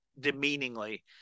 demeaningly